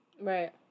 right